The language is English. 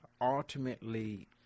ultimately